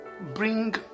bring